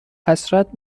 حسرت